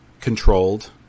controlled